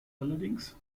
allerdings